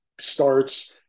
starts